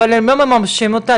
הם לא מממשים אותה,